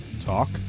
Talk